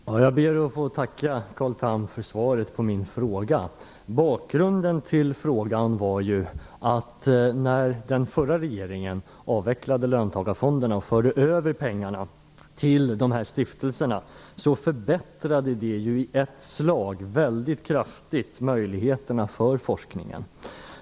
Fru talman! Jag ber att få tacka Carl Tham för svaret på min fråga. Bakgrunden till frågan var att den förra regeringens avvecklande av löntagarfonderna och överförande av pengarna till stiftelserna i ett slag väldigt kraftigt förbättrade möjligheterna för forskningen.